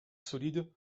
solide